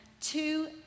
two